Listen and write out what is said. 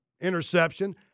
interception